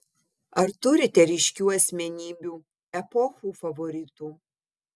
ar turite ryškių asmenybių epochų favoritų